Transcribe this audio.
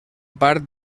part